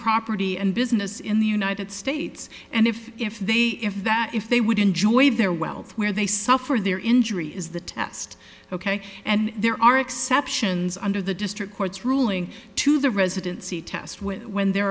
property and business in the united states and if if they if that if they would enjoy their wealth where they suffered their injury is the test ok and there are exceptions under the district court's ruling to the residency test with when there